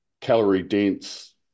calorie-dense